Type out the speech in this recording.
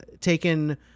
taken